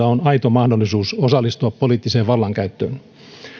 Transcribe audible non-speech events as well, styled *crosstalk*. *unintelligible* on aito mahdollisuus osallistua poliittiseen vallankäyttöön